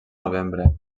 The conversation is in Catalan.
novembre